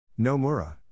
Nomura